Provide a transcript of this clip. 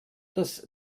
das